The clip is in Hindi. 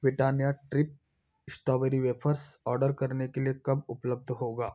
Britannia treat strawberry wafers order करने के लिए कब उपलब्ध होगा